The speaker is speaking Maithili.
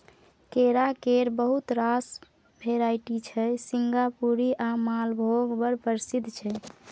केरा केर बहुत रास भेराइटी छै सिंगापुरी आ मालभोग बड़ प्रसिद्ध छै